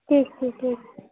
ठीक ठीक ठीक